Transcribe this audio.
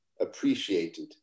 appreciated